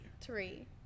Three